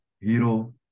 hero